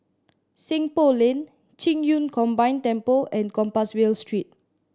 Seng Poh Lane Qing Yun Combined Temple and Compassvale Street